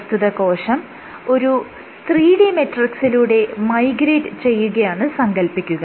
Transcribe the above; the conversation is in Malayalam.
പ്രസ്തുത കോശം ഒരു 3D മെട്രിക്സിലൂടെ മൈഗ്രേറ്റ് ചെയ്യുകയാണെന്ന് സങ്കൽപ്പിക്കുക